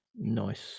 Nice